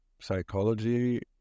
psychology